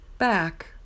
Back